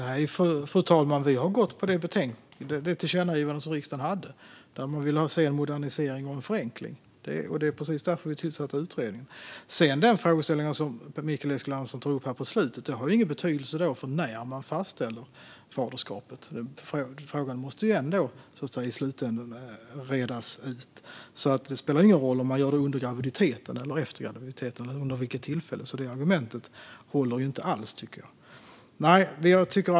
Fru talman! Vi har gått på det tillkännagivande som riksdagen lämnade, där man ville se en modernisering och en förenkling. Det är precis därför vi tillsätter utredningen. Frågeställningen som Mikael Eskilandersson tog upp på slutet har ingen betydelse för när man fastställer faderskapet. Frågan måste ändå i slutänden redas ut. Det spelar ingen roll om man gör det under graviditeten eller efter graviditeten, så det argumentet håller inte alls, tycker jag.